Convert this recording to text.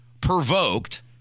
provoked